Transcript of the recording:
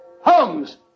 Holmes